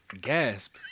Gasp